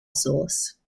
sauce